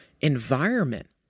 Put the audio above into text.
environment